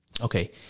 Okay